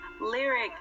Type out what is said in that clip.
Lyric